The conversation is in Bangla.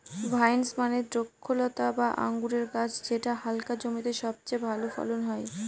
ভাইন্স মানে দ্রক্ষলতা বা আঙুরের গাছ যেটা হালকা জমিতে সবচেয়ে ভালো ফলন হয়